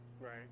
Right